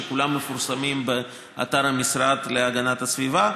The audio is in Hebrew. שכולו מתפרסמות באתר המשרד להגנת הסביבה,